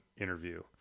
interview